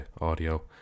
audio